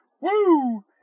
Woo